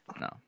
no